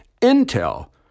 Intel